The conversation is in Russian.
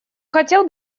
хотел